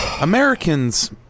Americans